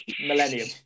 Millennium